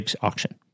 Auction